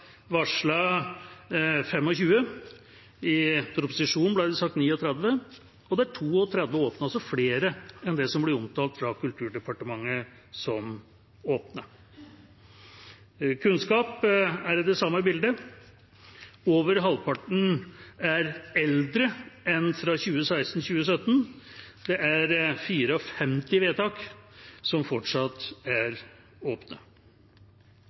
flere enn det som ble omtalt fra Kulturdepartementet som åpne. I Kunnskapsdepartementet er det det samme bildet. Over halvparten er eldre enn fra 2016–2017. Det er 54 vedtak som fortsatt er åpne.